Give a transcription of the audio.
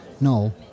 No